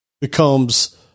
becomes